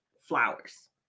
flowers